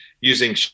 using